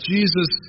Jesus